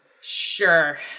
Sure